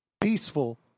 peaceful